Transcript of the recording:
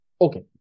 okay